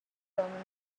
prominent